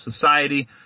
society